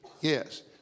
Yes